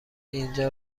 اینجا